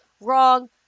wrong